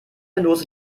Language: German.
lose